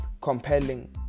compelling